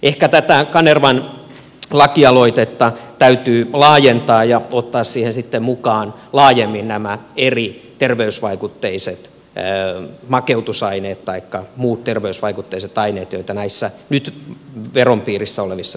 ehkä tätä kanervan lakialoitetta täytyy laajentaa ja ottaa siihen sitten mukaan laajemmin nämä eri terveysvaikutteiset makeutusaineet taikka muut terveysvaikutteiset aineet joita näissä nyt veron piirissä olevissa tuotteissa on